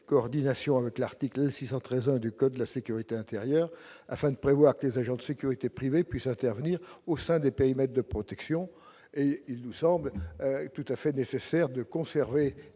coordination avec l'article L. 613 1 du code de la sécurité intérieure afin de prévoir que les agents de sécurité privés puisse intervenir au sein des périmètres de protection. Et il nous semble tout à fait nécessaire de conserver